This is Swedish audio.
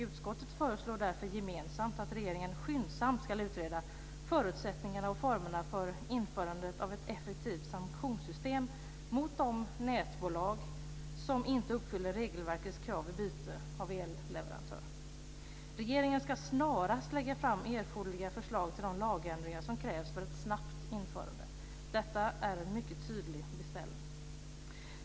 Utskottet föreslår därför gemensamt att regeringen skyndsamt ska utreda förutsättningarna och formerna för införande av ett effektivt sanktionssystem mot de nätbolag som inte uppfyller regelverkets krav vid byte av elleverantör. Regeringen ska snarast lägga fram erforderliga förslag till de lagändringar som krävs för ett snabbt införande. Detta är en mycket tydlig beställning.